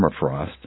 permafrost